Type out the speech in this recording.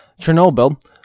Chernobyl